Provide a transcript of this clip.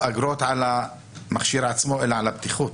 זה לא אגרות על המכשיר עצמו אלא על הבטיחות.